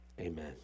Amen